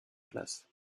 place